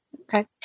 Okay